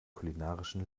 kulinarischen